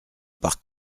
par